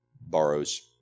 borrows